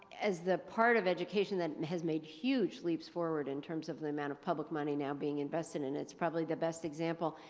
as the part of education that has made huge slips forward in terms of the amount of public money now being invested and it's probably the best example.